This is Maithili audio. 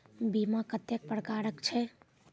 बीमा कत्तेक प्रकारक छै?